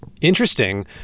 interesting